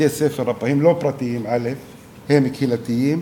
בתי-הספר הלא-פרטיים הם קהילתיים,